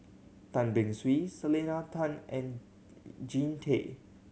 Tan Beng Swee Selena Tan and Jean Tay